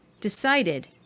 decided